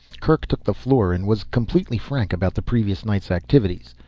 kerk took the floor and was completely frank about the previous night's activities.